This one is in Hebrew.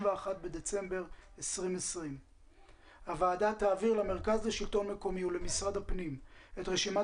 בדצמבר 2020. הוועדה תעביר למרכז השלטון המקומי ולמשרד הפנים את רשימת